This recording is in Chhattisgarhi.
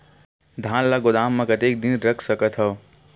धान ल गोदाम म कतेक दिन रख सकथव?